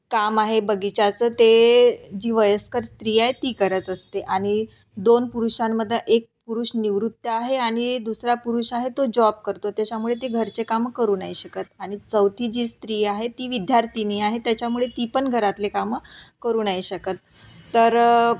काम आहे बगीचाचं ते जी वयस्कर स्त्री आहे ती करत असते आणि दोन पुरुषांमध्ये एक पुरुष निवृत्त आहे आणि दुसरा पुरुष आहे तो जॉब करतो त्याच्यामुळे ते घरचे कामं करू नाही शकत आणि चौथी जी स्त्री आहे ती विद्यार्थिनी आहे त्याच्यामुळे ती पण घरातले कामं करू नाही शकत तर